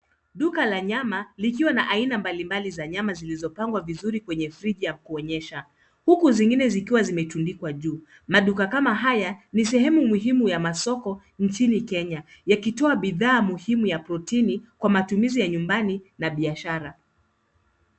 Duka la nyama likiwa na aina mbalimbali za nyama zilizopangwa vizuri kwenye friji ya kuonyesha. Huku zingine zikiwa zimetundikwa juu. Maduka kama haya ni sehemu muhimu ya masoko nchini Kenya, yakitoa bidhaa muhimu ya protini kwa matumizi ya nyumbani na biashara.